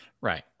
Right